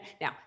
now